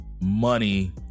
Money